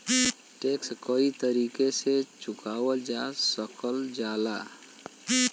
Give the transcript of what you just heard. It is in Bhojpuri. टैक्स कई तरीके से चुकावल जा सकल जाला